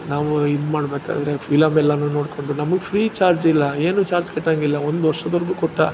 ನಾವು ಇದುಮಾಡ್ಬೇಕಾದ್ರೆ ಫಿಲಮ್ ಎಲ್ಲಾ ನೋಡಿಕೊಂಡು ನಮಗೆ ಫ್ರೀ ಚಾರ್ಜಿಲ್ಲ ಏನೂ ಚಾರ್ಜ್ ಕಟ್ಟೋಂಗಿಲ್ಲ ಒಂದು ವರ್ಷದವರ್ಗೂ ಕೊಟ್ಟ